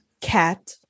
cat